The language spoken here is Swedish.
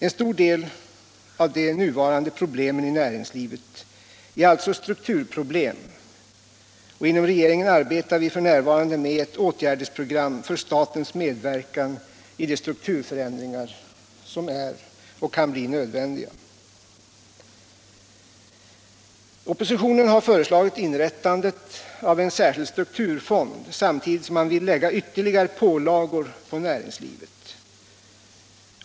En stor del av de nuvarande problemen i näringslivet är alltså strukturproblem, och inom regeringen arbetar vi f. n. med ett åtgärdsprogram för statens medverkan i de strukturförändringar som är och kan bli nödvändiga. Oppositionen har föreslagit inrättandet av en särskild strukturfond samtidigt som man vill lägga ytterligare pålagor på näringslivet.